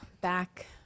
back